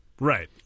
Right